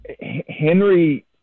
Henry